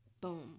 boom